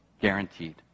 Guaranteed